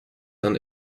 and